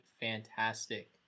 fantastic